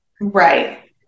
Right